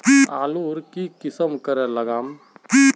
आलूर की किसम करे लागम?